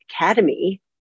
Academy